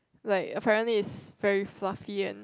like apparently is very fluffy and